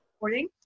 recording